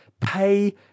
Pay